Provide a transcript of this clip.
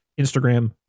Instagram